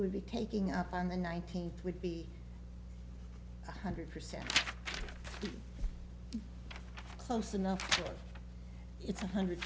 would be taking up on the nineteenth would be one hundred percent close enough it's one hundred